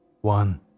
one